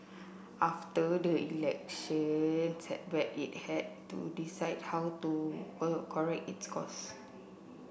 after that election setback it had to decide how to correct its course